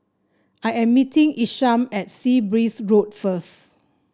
I am meeting Isham at Sea Breeze Road first